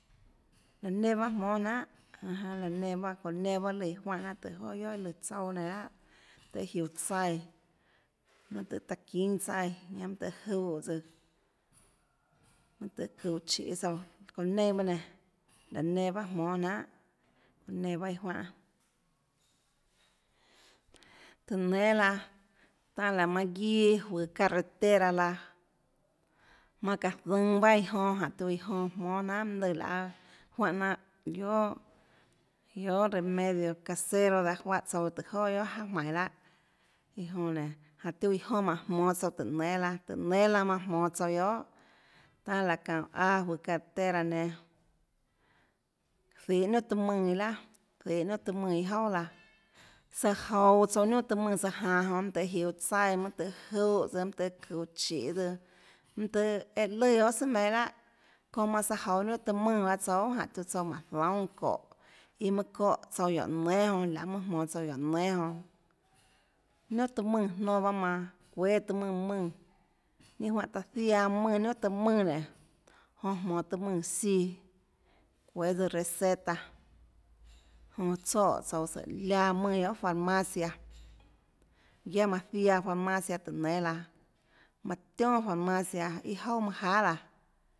Laå nenã bahâ jmónâ jnanhà jánã laå nenã pahâ çounã nenã bahâ lùã iã juánhã jnanà tùhå joà guiohà iå lùã tsouâ nenã lahà tøhê jiuå tsaíã mønâ tøhê taã çínâ tsaíã tøhê júhã tsøã mønâ tøhê çuhå chiê tsouã çounã neinâ bahâ nenã laã enã ahâ jmónâ jnanhà çounã nenã bahâ iã juánhã tùhå nénâ laã tanâ laã manã guiâ juøå carretera laã manã çaã zønå bahâ iã jonã jánhã taã iã jonã jmónâ jnanhà mønâ lùã laê juánhã jnanà guiohà guiohà remedio casero raã juáhã tsouã guiohà tùhå jauà jmainå láhà iã jonã nénå tiuã iã jonã jmánhå jmonå tsouã tùhå nénâ laã tùhå nénâ laã manã jmonå tsouã guiohà tanâ laã aâ juøå carretera nenã zihå niunà taã mùnã iâ laà zihå niunà taã mùnã iâ jouà laã søå jouå tsouã niunà taã mùnã søã janå tsouã jonå mønâ tøhê jiuå tsaíã mønâ tøhê júhã tsøã mønâ tøhê çuhå chiê tsøã mønâ tøhê eã lùã guiohà tsùà meinhâ láhà çounã manã søã jouå niunà taã mùnã bahâ tsouã guiohà jánhå tiuã tsouã mánhå zoúnâ çóhå iã mønâ çóhã tsouã guióå nénâ jonã lahê mønâ jmonå tsouã guióå nénâ jonã niunà tøã mùnã nonã manã çuéâ tøã mùnã mùnã ninâ juáhã taã ziaã mùnã niunà taã mùnã nénå jonã jmonå tøã mùnã siã çuéâ tsøã receta jonã tsoè tsouã sùhå láã mùnã guiohà farmacia guiaâ manã ziaã farmacia tùhå nénâ laã manã tionà farmacia iâ jouà manâ jahà laã